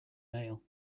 nail